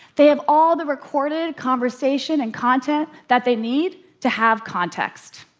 they have all the recorded conversation and content that they need to have context.